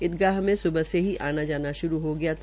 ईदगाह से सुबह ही आना जाना शुरू हो गया था